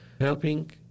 helping